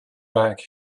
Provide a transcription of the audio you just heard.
back